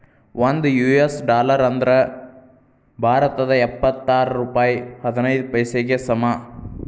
ಒಂದ್ US dollar ಅಂದ್ರ ಭಾರತದ್ ಎಪ್ಪತ್ತಾರ ರೂಪಾಯ್ ಹದಿನೈದ್ ಪೈಸೆಗೆ ಸಮ